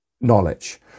knowledge